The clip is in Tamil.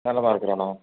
நல்லாதான் இருக்கிறோண்ணா